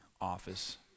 office